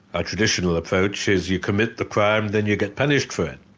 our traditional approach is you commit the crime, then you get punished for it.